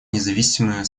независимые